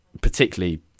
particularly